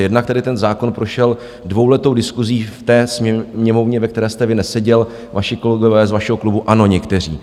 Jednak tedy ten zákon prošel dvouletou diskusí v té Sněmovně, ve které jste vy neseděl, vaši kolegové z vašeho klubu ano, někteří.